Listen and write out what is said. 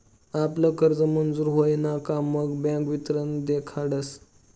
आपला कर्ज मंजूर व्हयन का मग बँक वितरण देखाडस